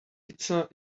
pizza